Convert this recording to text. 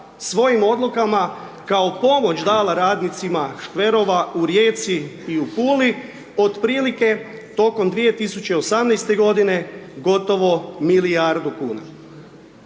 svojim odlukama kao pomoć dala radnicima škverova u Rijeci i u Puli, otprilike tokom 2018.-te godine gotovo milijardu kuna.